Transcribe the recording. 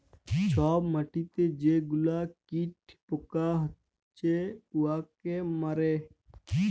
ছব মাটিতে যে গুলা কীট পকা হছে উয়াকে মারে